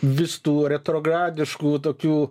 vis tų retrogradiškų tokių